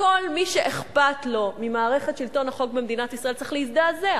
כל מי שאכפת לו ממערכת שלטון החוק במדינת ישראל צריך להזדעזע.